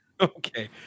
Okay